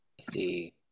see